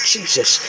Jesus